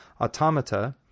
automata